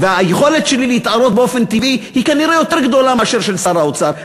והיכולת שלי להתערות באופן טבעי היא כנראה יותר גדולה מאשר של שר האוצר,